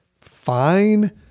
fine